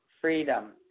freedom